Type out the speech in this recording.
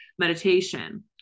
meditation